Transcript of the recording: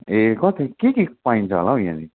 ए कति के के पाइन्छ होला यहाँ